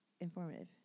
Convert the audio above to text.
informative